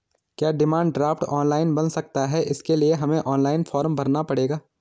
क्या demand draft online बन सकता है इसके लिए हमें ऑनलाइन फॉर्म भरना पड़ेगा?